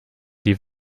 die